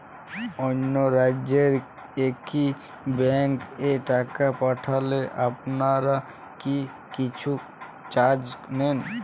অন্য রাজ্যের একি ব্যাংক এ টাকা পাঠালে আপনারা কী কিছু চার্জ নেন?